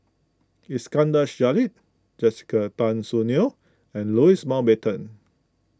Iskandar Jalil Jessica Tan Soon Neo and Louis Mountbatten